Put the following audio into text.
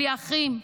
בלי אחים.